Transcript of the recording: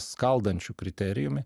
skaldančiu kriterijumi